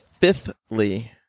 fifthly